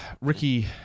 Ricky